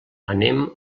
anem